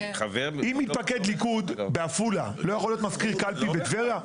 אם מתפקד ליכוד בעפולה לא יכול להיות מזכיר קלפי בטבריה?